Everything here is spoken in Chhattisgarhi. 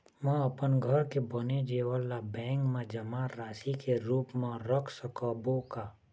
म अपन घर के बने जेवर ला बैंक म जमा राशि के रूप म रख सकबो का?